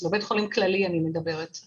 אני מדברת על בית חולים כללי.